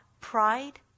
pride